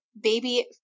baby